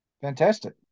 Fantastic